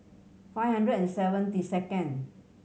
five hundred and seventy second